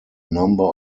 number